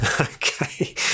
Okay